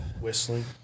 Whistling